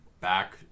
back